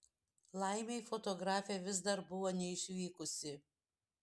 laimei fotografė vis dar buvo neišvykusi